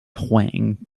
hwang